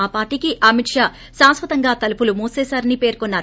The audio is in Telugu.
ఆ పార్టీకి అమిత్షా శాశ్వతంగా తలుపులు మూసేశారని పర్కొన్నారు